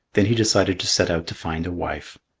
then he decided to set out to find a wife.